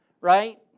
right